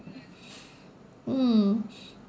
hmm